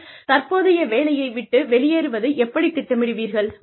நீங்கள் தற்போதைய வேலையை விட்டு வெளியேறுவதை எப்படித் திட்டமிடுவீர்கள்